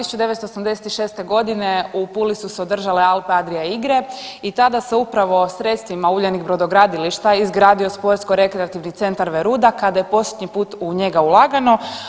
1986.g. u Puli su se održale Alpe-Adria igre i tada se upravo sredstvima Uljanik brodogradilišta izgradio Sportsko rekreativni centar Veruda kada je posljednji put u njega ulagano.